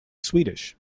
swedish